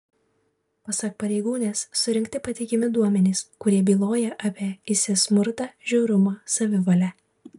pasak pareigūnės surinkti patikimi duomenys kurie byloja apie isis smurtą žiaurumą savivalę